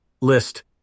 List